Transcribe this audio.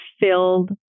filled